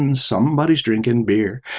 and somebody's drinking beer.